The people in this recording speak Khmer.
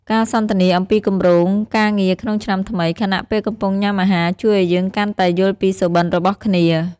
ការសន្ទនាអំពីគម្រោងការងារក្នុងឆ្នាំថ្មី ខណៈពេលកំពុងញ៉ាំអាហារ ជួយឱ្យយើងកាន់តែយល់ពីសុបិនរបស់គ្នា។